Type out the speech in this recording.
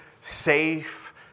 safe